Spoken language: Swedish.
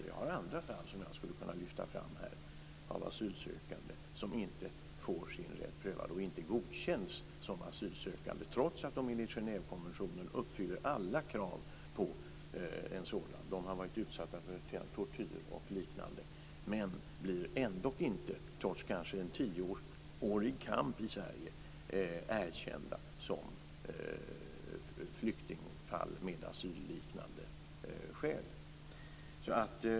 Jag har andra fall som jag skulle kunna lyfta fram här med asylsökande som inte får sin rätt prövad och som inte godkänns som asylsökande trots att de enligt Genèvekonventionen uppfyller alla krav på en sådan. De har varit utsatta för tortyr och liknande men blir ändå inte - trots en kanske tioårig kamp i Sverige - erkända som flyktingfall med asylliknande skäl.